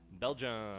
Belgium